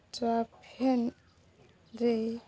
ଦେଇ